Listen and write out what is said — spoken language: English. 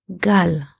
Gal